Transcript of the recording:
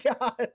god